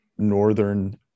northern